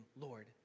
Lord